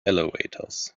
elevators